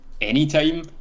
anytime